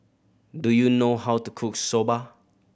do you know how to cook Soba